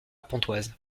pontoise